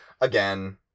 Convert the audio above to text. again